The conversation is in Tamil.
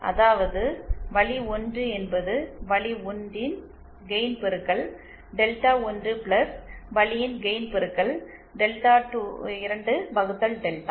அதாவது வழி 1 என்பது வழி 1 ன் கெயின் பெருக்கல் டெல்டா 1 வழியின் கெயின் பெருக்கல் டெல்டா 2 வகுத்தல் டெல்டா